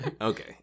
Okay